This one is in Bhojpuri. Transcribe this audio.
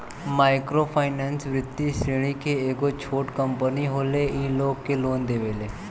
माइक्रो फाइनेंस वित्तीय श्रेणी के एगो छोट कम्पनी होले इ लोग के लोन देवेले